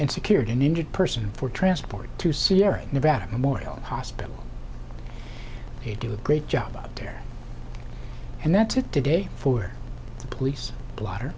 and secured an injured person for transport to sierra nevada memorial hospital they do a great job up there and that's it today for the police blotter